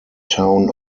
town